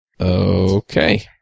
Okay